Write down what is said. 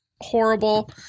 horrible